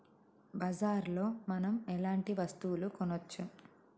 బజార్ లో మనం ఎలాంటి వస్తువులు కొనచ్చు?